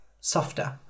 softer